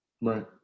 Right